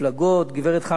גברת חנה רותם,